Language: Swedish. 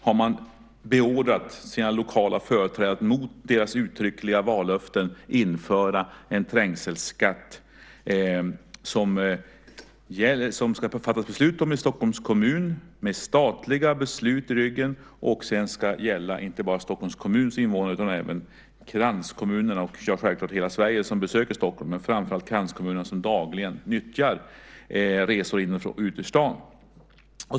Man har beordrat sina lokala företrädare att mot deras uttryckliga vallöften införa en trängselskatt. Man ska fatta beslut om den i Stockholms kommun med statliga beslut i ryggen. Sedan ska den gälla inte bara för Stockholms kommuns invånare utan även för kranskommunernas och självklart dem från hela Sverige som besöker Stockholm. Men det gäller framför allt kranskommunernas invånare som dagligen gör resor in i och ut ur staden.